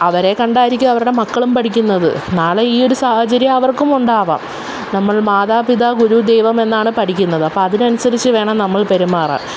അവരെ കണ്ടായിരിക്കും അവരുടെ മക്കളും പഠിക്കുന്നത് നാളെ ഈ ഒരു സാഹചര്യം അവർക്കുമുണ്ടാകാം നമ്മൾ മാതാപിതാഗുരു ദൈവം എന്നാണ് പഠിക്കുന്നത് അപ്പോള് അതിനനുസരിച്ച് വേണം നമ്മൾ പെരുമാറാൻ